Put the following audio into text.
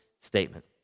statement